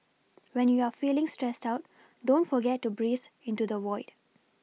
when you are feeling stressed out don't forget to breathe into the void